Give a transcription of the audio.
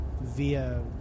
via